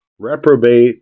reprobate